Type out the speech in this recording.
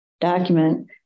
document